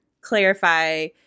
clarify